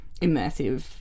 immersive